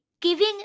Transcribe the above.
giving